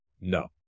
No